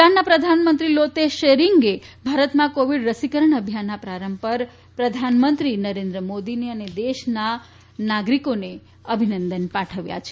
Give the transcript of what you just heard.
ભૂટાન ભૂટાનના પ્રધાનમંત્રી લોતે શેરિંગે ભારતમાં કોવિડ રસીકરણ અભિયાનના પ્રારંભ પર પ્રધાનમંત્રી નરેન્દ્ર મોદીને તથા દેશના નાગરિકોને અભિનંદન પાઠવ્યા છે